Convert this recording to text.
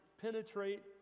penetrate